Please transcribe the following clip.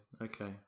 okay